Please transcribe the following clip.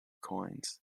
coins